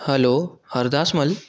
hello Hardasmal